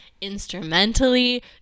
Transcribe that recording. instrumentally